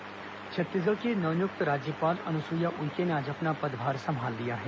राज्यपाल शपथ ग्रहण छत्तीसगढ़ की नव नियुक्त राज्यपाल अनुसुईया उइके ने आज अपना पदभार संभाल लिया है